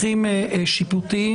בהליכים שיפוטיים,